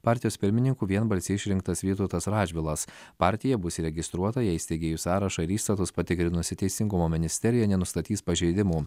partijos pirmininku vienbalsiai išrinktas vytautas radžvilas partija bus įregistruota jei steigėjų sąrašą ir įstatus patikrinusi teisingumo ministerija nenustatys pažeidimų